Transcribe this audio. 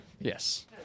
Yes